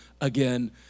again